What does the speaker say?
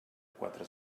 quatre